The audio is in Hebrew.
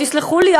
תסלחו לי,